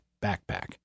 backpack